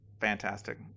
Fantastic